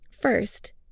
First